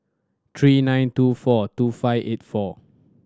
three nine two four two five eight four